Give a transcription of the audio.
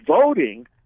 voting